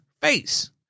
face